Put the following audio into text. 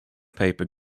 paper